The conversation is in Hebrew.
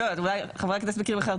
אולי חבר הכנסת מכיר משהו אחר.